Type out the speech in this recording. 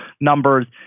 numbers